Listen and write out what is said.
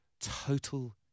total